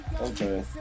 Okay